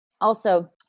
Also-